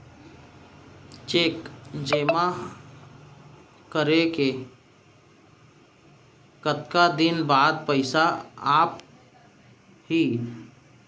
Cheque जेमा करें के कतका दिन बाद पइसा आप ही?